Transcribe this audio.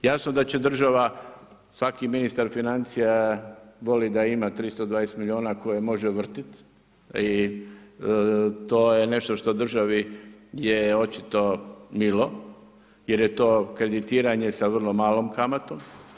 Jasno je da će država, svaki ministar financija voli da ima 320 milijuna koje može vrtit i to je nešto što državi je očito milo jer je to kreditiranje sa vrlo malom kamatom.